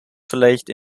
vielleicht